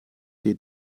die